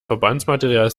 verbandsmaterial